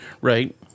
Right